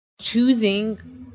Choosing